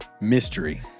Mystery